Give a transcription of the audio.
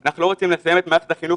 אנחנו לא רוצים לסיים את מערכת החינוך